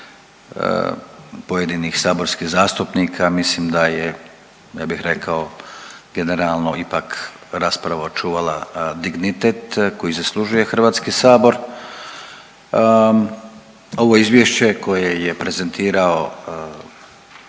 pojedinih saborskih zastupnika, mislim da je, ja bih rekao, generalno ipak rasprava očuvala dignitet koji zaslužuje HS. Ovo Izvješće koje je prezentirao